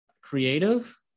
creative